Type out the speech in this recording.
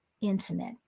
intimate